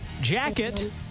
Jacket